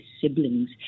siblings